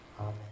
Amen